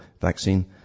vaccine